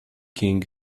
king